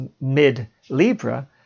mid-Libra